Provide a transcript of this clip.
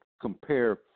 compare